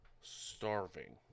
starving